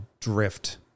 drift